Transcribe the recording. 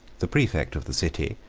the praefect of the city,